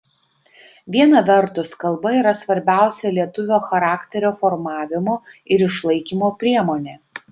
viena vertus kalba yra svarbiausia lietuvio charakterio formavimo ir išlaikymo priemonė